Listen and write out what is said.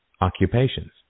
occupations